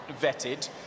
vetted